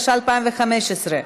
התשע"ה 2015,